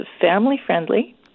family-friendly